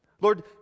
Lord